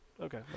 Okay